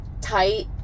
tight